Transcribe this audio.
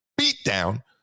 beatdown